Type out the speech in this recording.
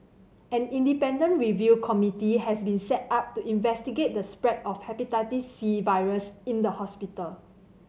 an independent review committee has been set up to investigate the spread of the Hepatitis C virus in the hospital